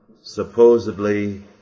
supposedly